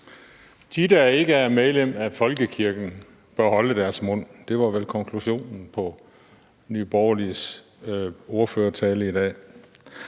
De, der ikke er medlem af folkekirken, bør holde deres mund. Det var vel konklusionen på Nye Borgerliges ordførertale i dag.